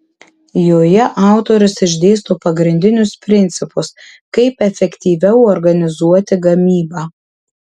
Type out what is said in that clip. joje autorius išdėsto pagrindinius principus kaip efektyviau organizuoti gamybą